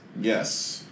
Yes